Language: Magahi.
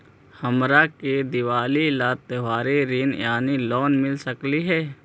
हमरा के दिवाली ला त्योहारी ऋण यानी लोन मिल सकली हे?